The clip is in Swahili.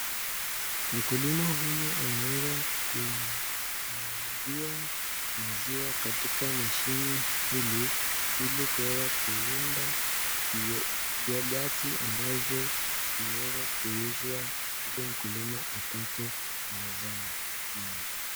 Mkulima huyu ameweza kuimwagia maziwa katika mashini ili ili kuweza kuunda yogati ambazo zinaweza kuuzwa ili mkulima apate mazao mengi.